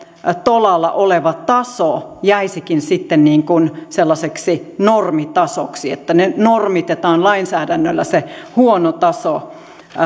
tolalla oleva taso jäisikin sellaiseksi normitasoksi että nyt normitetaan lainsäädännöllä se huono taso